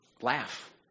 Laugh